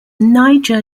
niger